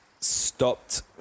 stopped